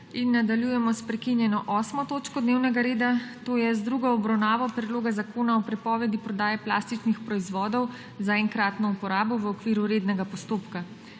**Nadaljujemo s prekinjeno 8. točko dnevnega reda, to je z drugo obravnavo Predloga zakona o prepovedi prodaje plastičnih proizvodov za enkratno uporabo v okviru rednega postopka.**